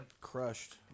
crushed